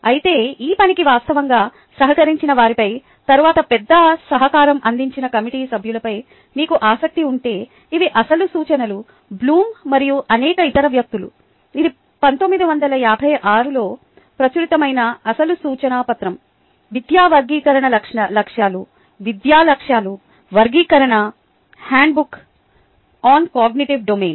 అయితే ఈ పనికి వాస్తవంగా సహకరించిన వారిపై తరువాత పెద్ద సహకారం అందించిన కమిటీ సభ్యులపై మీకు ఆసక్తి ఉంటే ఇవి అసలు సూచనలు బ్లూమ్ మరియు అనేక ఇతర వ్యక్తులు ఇది 1956 లో ప్రచురితమైన అసలు సూచన పత్రం విద్యా వర్గీకరణ లక్ష్యాలు విద్యా లక్ష్యాల వర్గీకరణ హ్యాండ్బుక్ వన్ కాగ్నిటివ్ డొమైన్